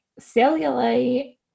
cellulite